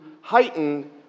heighten